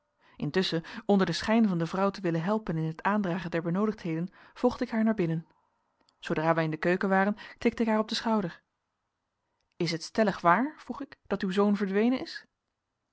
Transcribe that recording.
intusschen onder den schijn van de vrouw te willen helpen in het aandragen der benoodigdheden volgde ik haar naar binnen zoodra wij in de keuken waren tikte ik haar op den schouder is het stellig waar vroeg ik dat uw zoon verdwenen is